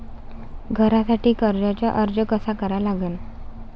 घरासाठी कर्जाचा अर्ज कसा करा लागन?